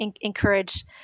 encourage